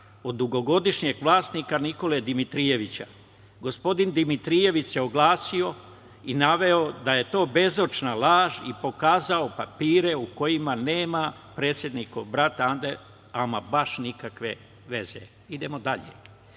od dugogodišnjeg vlasnika Nikole Dimitrijevića. Gospodin Dimitrijević se oglasio i naveo da je to bezočna laž i pokazao papire u kojima nema predsednikova brata, ama baš nikakve veze. Idemo dalje,